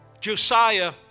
Josiah